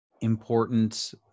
important